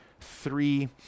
three